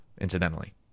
incidentally